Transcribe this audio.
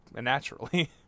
naturally